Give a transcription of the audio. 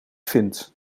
vindt